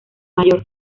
mayor